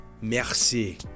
Merci